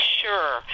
sure